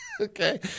okay